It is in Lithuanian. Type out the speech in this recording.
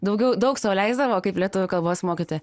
daugiau daug sau leisdavo kaip lietuvių kalbos mokytoja